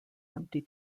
empty